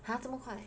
!huh! 这么快